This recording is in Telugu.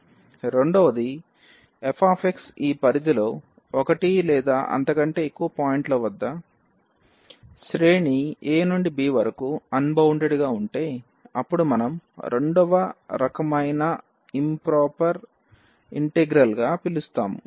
రెండవది f ఈ పరిధిలో ఒకటి లేదా అంతకంటే ఎక్కువ పాయింట్ల వద్ద శ్రేణి a నుండి b వరకు అన్బౌండెడ్ గా ఉంటే అప్పుడు మనము రెండవ రకమైన ఇంప్రొపెర్ ఇంటిగ్రల్ గా పిలుస్తాము